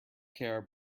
care